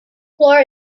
flaw